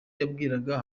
yabwiraga